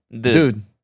dude